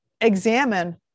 examine